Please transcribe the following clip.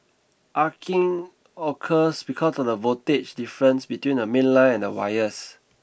arcing occurs because of the voltage difference between the mainline and wires